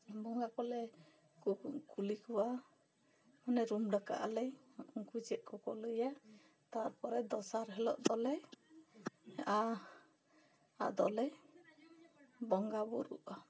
ᱵᱚᱸᱜᱟ ᱠᱚᱞᱮ ᱠᱩᱞᱤ ᱠᱚᱣᱟᱜ ᱨᱩᱢ ᱰᱟᱠᱟᱜ ᱟᱞᱮ ᱩᱱᱠᱩ ᱪᱮᱫᱽ ᱠᱚᱠᱚ ᱞᱟᱹᱭᱟ ᱛᱟᱨᱯᱚᱨᱮ ᱫᱚᱥᱟᱨ ᱦᱤᱞᱚᱜ ᱫᱚᱞᱮ ᱟᱫᱚ ᱞᱮ ᱵᱚᱸᱜᱟ ᱵᱳᱨᱳᱜᱼᱟ